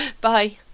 bye